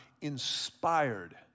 inspired